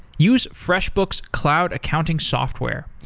use freshbooks cloud accounting software.